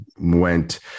went